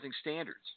standards